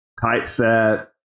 typeset